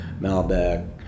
Malbec